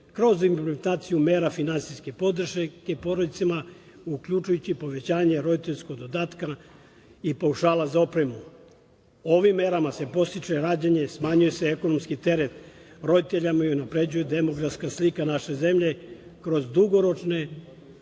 kroz implementaciju mera finansijske podrške porodicama, uključujući povećanja roditeljskog dodatka i paušala za opremu. Ovim merama se podstiče rađanje, smanjuje se ekonomski teret roditeljima i unapređuje demografska slika naše zemlje kroz dugoročne